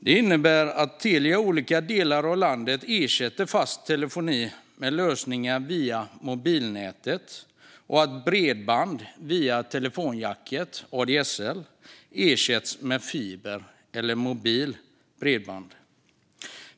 Det innebär att Telia i olika delar av landet ersätter fast telefoni med lösningar via mobilnätet och att bredband via telefonjacket, ADSL, ersätts med fiber eller mobilt bredband.